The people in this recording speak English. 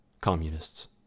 communists